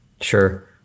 Sure